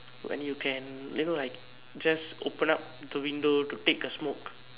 when you can you know like just open up the window to take a smoke